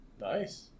nice